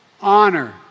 honor